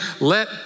let